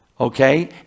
okay